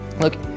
Look